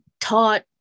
taught